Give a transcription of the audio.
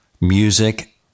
Music